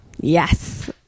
yes